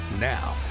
Now